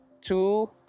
two